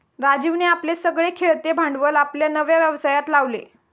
राजीवने आपले सगळे खेळते भांडवल आपल्या नव्या व्यवसायात लावले